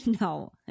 No